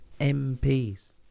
MPs